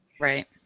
Right